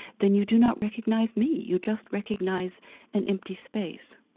then you do not recognise me, you just recognise an empty space'.